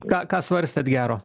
ką ką svarstėt gero